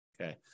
Okay